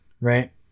right